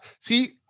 see